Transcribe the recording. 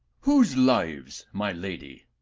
whose lives, my lady?